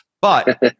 but-